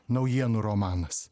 naujienų romanas